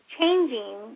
Changing